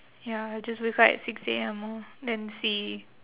ya I just wake up at six A_M orh then see